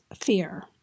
fear